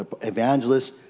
evangelists